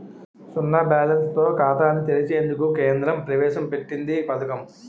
సున్నా బ్యాలెన్స్ తో ఖాతాను తెరిచేందుకు కేంద్రం ప్రవేశ పెట్టింది పథకం